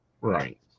Right